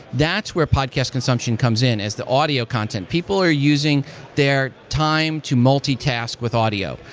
that's where podcast consumption comes in as the audio content. people are using their time to multitask with audio.